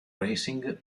racing